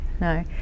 No